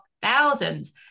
thousands